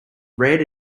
red